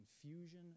confusion